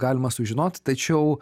galima sužinot tačiau